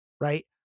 right